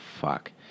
fuck